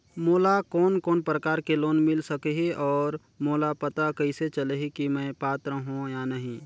मोला कोन कोन प्रकार के लोन मिल सकही और मोला पता कइसे चलही की मैं पात्र हों या नहीं?